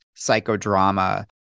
psychodrama